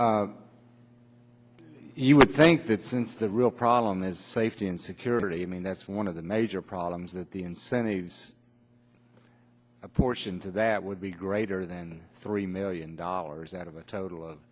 now you would think that since the real problem is safety and security i mean that's one of the major problems that the incentives apportion to that would be greater than three million dollars out of a total of